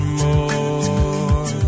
more